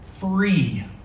free